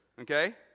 okay